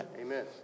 Amen